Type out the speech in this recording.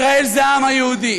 ישראל זה העם היהודי.